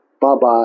Bye-bye